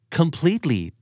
completely